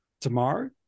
Tomorrow